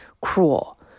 cruel